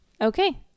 Okay